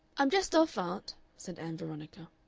i'm just off, aunt, said ann veronica.